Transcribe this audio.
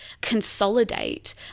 consolidate